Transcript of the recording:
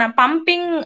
pumping